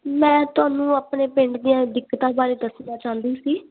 ਮੈਂ ਤੁਹਾਨੂੰ ਆਪਣੇ ਪਿੰਡ ਦੀਆਂ ਦਿੱਕਤਾਂ ਬਾਰੇ ਦੱਸਣਾ ਚਾਹੁੰਦੀ ਸੀ